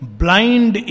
blind